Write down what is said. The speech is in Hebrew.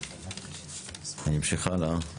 אני אמשיך הלאה.